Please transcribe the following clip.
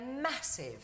massive